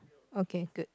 okay good